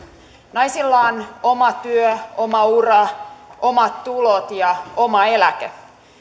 naisilla on oma työ oma ura omat tulot ja oma eläke